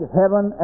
heaven